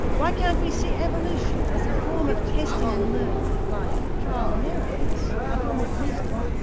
why can't we see evolution as a form of testing and learning, like trial and error is a form of wisdom?